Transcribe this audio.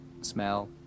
smell